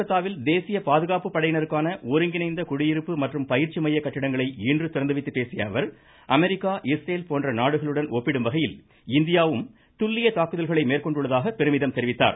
கொல்கத்தாவில் தேசிய பாதுகாப்பு படையினருக்கான ஒருங்கிணைந்த குடியிருப்பு மற்றும் பயிற்சி மைய கட்டிடங்களை இன்று திறந்துவைத்துப்பேசியஅவர் அமெரிக்கா இஸ்ரேல் போன்ற நாடுகளுடன் ஒப்பிடும்வகையில் இந்தியாவும் துல்லிய தாக்குதல்களை மேற்கொண்டுள்ளதாக பெருமிதம் தெரிவித்தார்